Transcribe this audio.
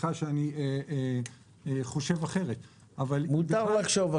סליחה שאני חושב אחרת -- מותר לחשוב אחרת.